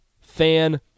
fan